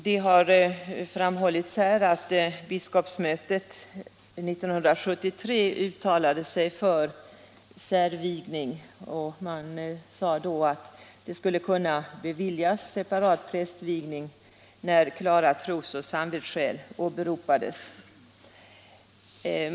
Det har framhållits här att biskopsmötet 1973 uttalade sig för särvigning. Man sade då att separat prästvigning skulle beviljas när klara trosoch samvetsskäl åberopades.